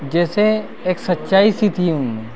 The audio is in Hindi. जैसे एक सच्चाई सी थी उनमें